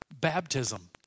baptism